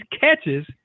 catches